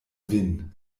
vin